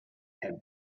had